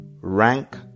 rank